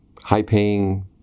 high-paying